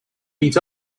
meet